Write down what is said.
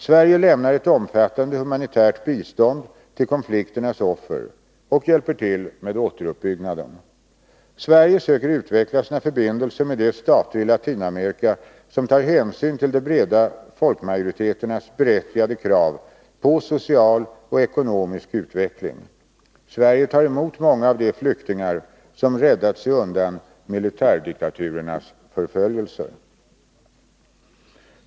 Sverige lämnar ett omfattande humanitärt bistånd till konflikternas offer och hjälper till med återuppbyggnaden. Sverige söker utveckla sina förbindelser med de stater i Latinamerika som tar hänsyn till de breda folkmajoriteternas berättigade krav på social och ekonomisk utveckling. Sverige tar emot många av de flyktingar som räddat sig undan militärdiktaturernas förföljelser.